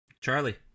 Charlie